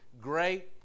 great